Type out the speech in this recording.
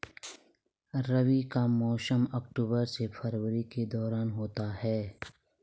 रबी का मौसम अक्टूबर से फरवरी के दौरान होता है